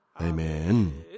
Amen